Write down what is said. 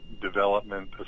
development